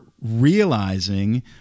realizing